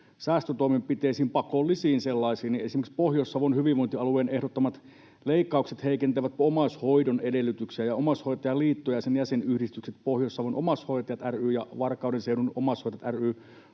säästötoimenpiteisiin, pakollisiin sellaisiin. Esimerkiksi Pohjois-Savon hyvinvointialueen ehdottamat leikkaukset heikentävät omaishoidon edellytyksiä, ja Omaishoitajaliitto ja sen jäsenyhdistykset Pohjois-Savon Omaishoitajat ry ja Varkauden Seudun Omaishoitajat ry